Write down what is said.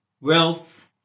wealth